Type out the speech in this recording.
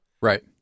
Right